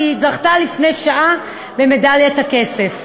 היא זכתה לפני שעה במדליית הכסף.